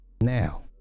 Now